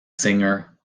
singer